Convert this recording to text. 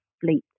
fleet